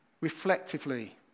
reflectively